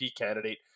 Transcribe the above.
candidate